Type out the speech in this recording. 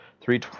three